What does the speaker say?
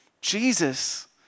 Jesus